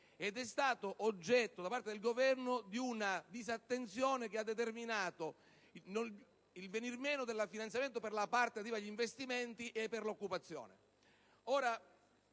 ed è stato oggetto, da parte del Governo, di una disattenzione che ha determinato il venir meno del finanziamento per la parte relativa agli investimenti e all'occupazione.